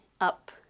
up